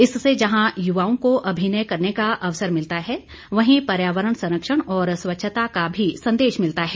इससे जहां युवाओं को अभिनय करने का अवसर मिलता है वहीं पर्यावरण संरक्षण और स्वच्छता का भी संदेश मिलता है